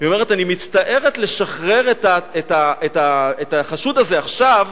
אומרת: אני מצטערת לשחרר את החשוד הזה עכשיו,